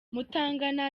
mutangana